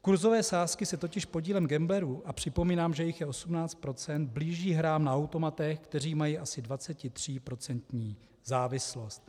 Kurzové sázky se totiž podílem gamblerů, a připomínám, že jich je 18 %, blíží hrám na automatech, kteří mají asi 23% závislost.